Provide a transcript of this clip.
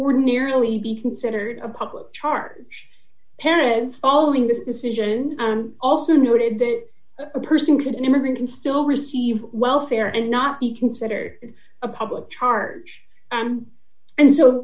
ordinarily be considered a public charge parents following this decision also noted that a person can immigrant and still receive welfare and not be considered a public charge and s